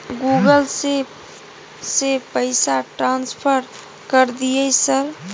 Google से से पैसा ट्रांसफर कर दिय सर?